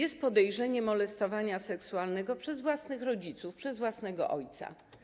Chodzi o podejrzenie molestowania seksualnego przez własnych rodziców, przez własnego ojca.